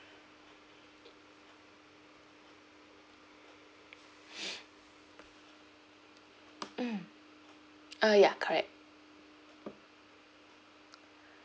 mm uh ya correct